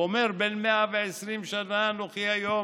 הוא אומר: "בן מאה ועשים שנה אנכי היום,